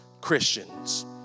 Christians